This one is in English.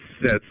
sets